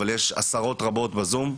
אבל יש עשרות מוזמנים בזום,